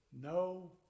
no